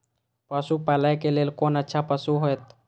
पशु पालै के लेल कोन अच्छा पशु होयत?